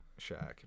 Shaq